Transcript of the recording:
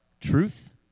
truth